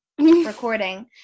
recording